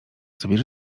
sobie